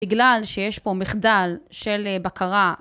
בגלל שיש פה מחדל של בקרה.